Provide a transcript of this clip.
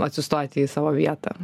atsistoti į savo vietą